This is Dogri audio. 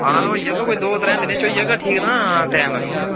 हां ते होई जाह्गा कोई द'ऊं त्रैं दिनें च होई जाह्गा ठीक ना टाइम लग्गना थोह्ड़ा